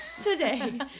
Today